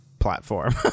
platform